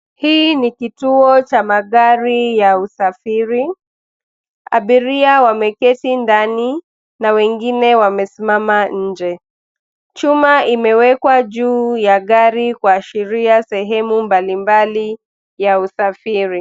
Hii ni kituo cha magari ya usafiri. Abiria wameketi ndani na wengine wamesimama nje. Chuma imewekwa juu ya gari kuashiria sehemu mbali mbali ya usafiri.